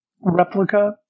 replica